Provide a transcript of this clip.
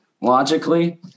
logically